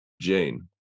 Jane